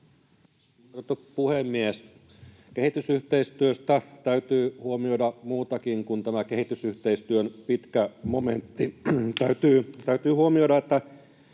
puhemies! Kehitysyhteistyöstä täytyy huomioida muutakin kuin tämä kehitysyhteistyön pitkä momentti. Täytyy huomioida, että